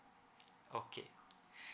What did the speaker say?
okay